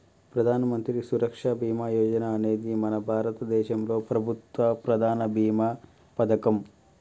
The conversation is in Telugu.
ప్రధానమంత్రి సురక్ష బీమా యోజన అనేది మన భారతదేశంలో ప్రభుత్వ ప్రధాన భీమా పథకం